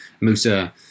musa